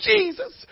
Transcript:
Jesus